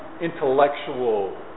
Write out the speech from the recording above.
intellectual